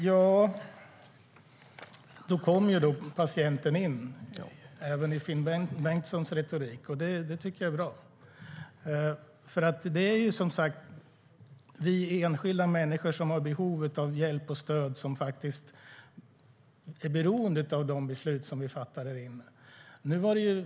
Herr talman! Patienten kom in även i Finn Bengtssons retorik. Det tycker jag är bra. Det är vi enskilda människor som har behov av hjälp och stöd som är beroende av de beslut vi fattar här inne.